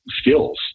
skills